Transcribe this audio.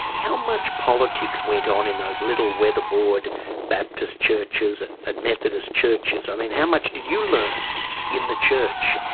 how much politics went on in those little weatherboard baptist churches and and methodist churches? i mean, how much did you learn in the church?